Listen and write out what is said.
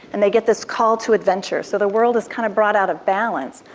and they get this call to adventure. so the world is kind of brought out of balance.